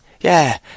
Yeah